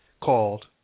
called